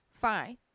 fine